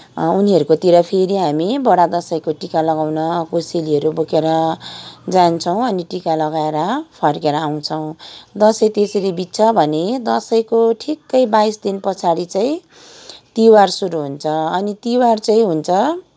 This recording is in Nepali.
उनीहरूकोतिर फेरि हामी बडा दसैँको टिका लगाउन कोसेलीहरू बोकेर जान्छौँ अनि टिका लगाएर फर्केर आउँछौँ दसैँ त्यसरी बित्छ भने दसैँको ठिक बाइस दिन पछाडि चाहिँ तिहार सुरु हुन्छ अनि तिहार चाहिँ हुन्छ